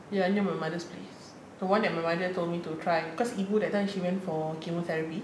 ya near my mother's place the one that my mother told me to try because ibu that time she went for chemotherapy